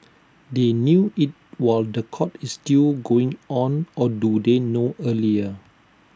they knew IT while The Court is still going on or do they know earlier